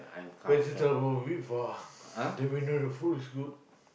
vegetable with !wah! then we know the food is good